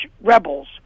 rebels